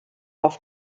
auf